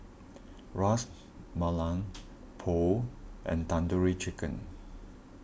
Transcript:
Ras Malai Pho and Tandoori Chicken